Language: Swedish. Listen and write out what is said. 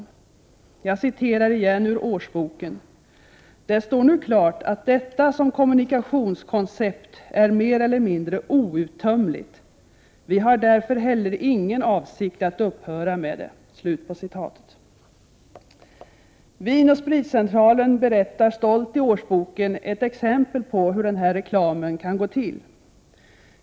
Jag citerar igen ur årsboken: ”Det står nu klart att detta som kommunikationskoncept är mer eller mindre outtömligt. Vi har därför heller ingen avsikt att upphöra med det.” Vin & Spritcentralen ger i årsboken stolt ett exempel på hur denna reklam kan gå till.